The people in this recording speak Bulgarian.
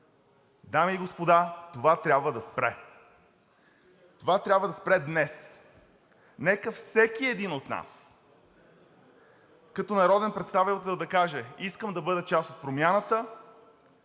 Дами и господа, това трябва да спре! Това трябва да спре днес! Нека всеки един от нас като народен представител да каже: искам да бъда част от промяната,